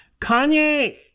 Kanye